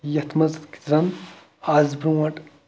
یَتھ منٛز زَن آز برونٹھ